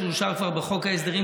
שאושר כבר בחוק ההסדרים,